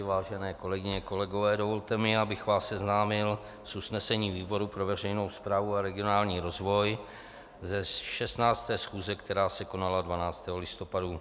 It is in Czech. Vážené kolegyně, kolegové, dovolte mi, abych vás seznámil s usnesením výboru pro veřejnou správu a regionální rozvoj ze 16. schůze, která se konala 12. listopadu.